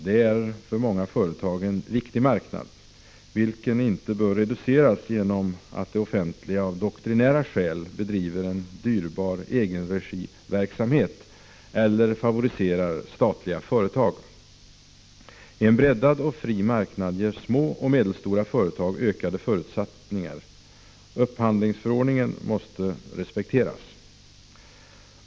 Detta är för många företag en viktig marknad, vilken inte bör reduceras genom att det offentliga av doktrinära skäl bedriver en dyrbar egenregiverksamhet eller favoriserar statliga företag. En breddad och fri marknad ger små och medelstora företag ökade förutsättningar. Upphandlingsförordningen måste respekteras.